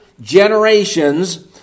generations